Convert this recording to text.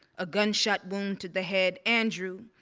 a gunshot wound to the head. andrew,